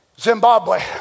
Zimbabwe